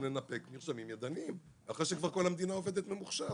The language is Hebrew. לנפק מרשמים ידניים אחרי שכל המדינה כבר עובדת ממוחשב.